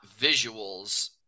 visuals